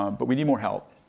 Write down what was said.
um but we need more help.